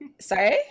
Sorry